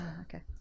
Okay